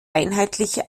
einheitliche